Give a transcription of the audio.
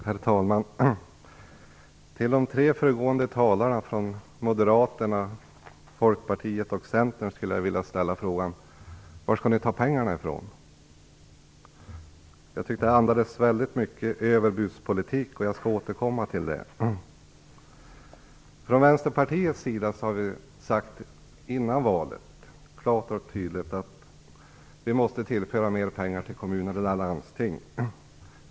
Herr talman! Till de tre föregående talarna från Moderaterna, Folkpartiet och Centern skulle jag vilja ställa frågan: Var skall ni ta pengarna ifrån? Jag tyckte att det andades väldigt mycket av överbudspolitik, vilket jag skall återkomma till. Från Vänsterpartiets sida sade vi klart och tydligt före valet att vi måste tillföra mer pengar till kommuner och landsting.